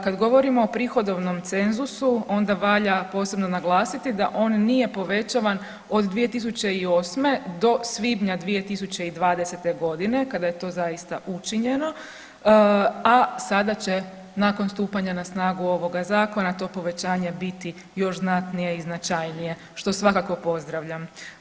Kad govorimo o prihodovnom cenzusu, onda valja posebno naglasiti da on nije povećavan od 2008. do svibnja 2020. godine, kada je to zaista učinjeno, a sada će nakon stupanja na snagu ovoga Zakona to povećanje biti još znatnije i značajnije, što svakako pozdravljam.